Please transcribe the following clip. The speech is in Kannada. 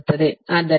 ಆದ್ದರಿಂದ ಇದು 4